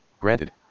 Granted